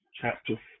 Chapter